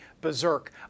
berserk